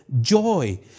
joy